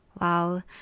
Wow